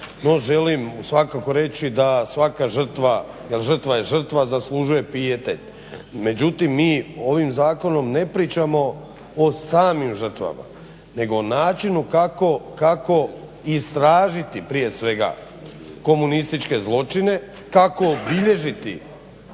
želim svakako reći da svaka žrtva, da žrtva je žrtva, zaslužuje pijete. Međutim mi ovim zakonom ne pričamo o samim žrtvama nego o načinu kako istražiti prije svega komunističke zločine, kako obilježiti